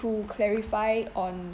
to clarify on